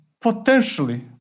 potentially